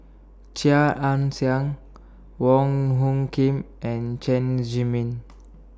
Chia Ann Siang Wong Hung Khim and Chen Zhiming